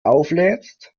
auflädst